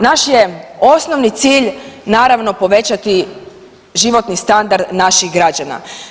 Naš je osnovni cilj naravno povećati životni standard naših građana.